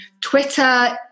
twitter